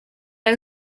jak